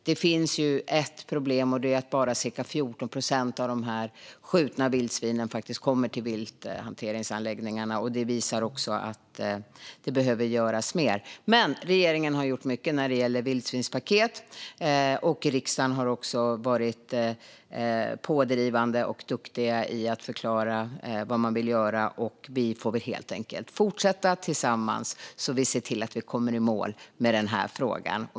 Det finns ju ett problem, och det är att bara ca 14 procent av de skjutna vildsvinen kommer till vilthanteringsanläggningarna. Det visar att det behöver göras mer. Men regeringen har gjort mycket när det gäller vildsvinspaketet, och riksdagen har också varit pådrivande och duktig när det gäller att förklara vad man vill göra. Vi får helt enkelt fortsätta tillsammans, så att vi ser till att komma i mål med den här frågan.